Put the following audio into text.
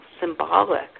symbolic